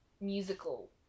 musical